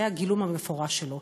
זה הגילום המפורש שלו,